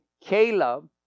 Caleb